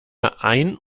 ein